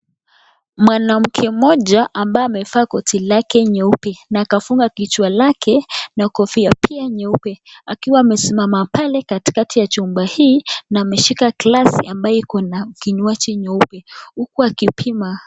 Mwanamke mmoja ambaye amevaa koti lake nyeupe na akafunga kichwa lake na kofia pia nyeupe akiwa amesimama pale katikati ya jumba hii na ameshika glasi ambayo iko na kinywaji nyeupe huku akipima.